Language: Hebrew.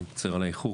אני מצטער על האיחור.